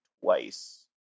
twice